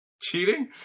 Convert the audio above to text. cheating